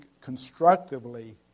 constructively